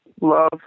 love